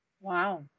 Wow